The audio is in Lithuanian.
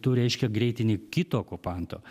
tu reiškia greitini kito okupanto